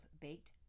baked